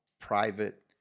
private